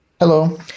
Hello